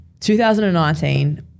2019